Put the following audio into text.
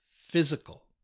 physical